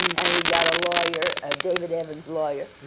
and we got a lawyer, a david evans lawyer,